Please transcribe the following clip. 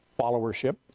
followership